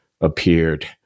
appeared